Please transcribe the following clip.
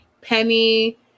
Penny